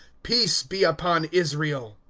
peace be upon israel!